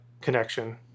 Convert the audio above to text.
connection